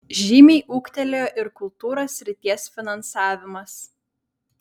žymiai ūgtelėjo ir kultūros srities finansavimas